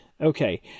Okay